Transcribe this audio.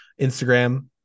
Instagram